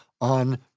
on